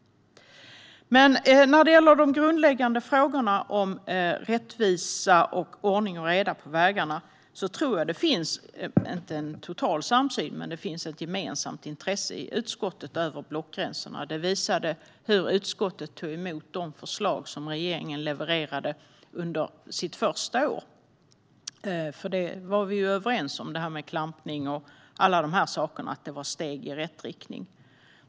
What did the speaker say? När det gäller de grundläggande frågorna om rättvisa och ordning och reda på vägarna finns det kanske inte en total samsyn, men det finns ett gemensamt intresse i utskottet över blockgränserna. Det visades av hur utskottet tog emot de förslag som regeringen levererade under sitt första år, för vi var ju överens om att klampning och annat var steg i rätt riktning.